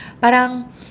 parang